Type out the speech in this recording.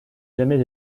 jamais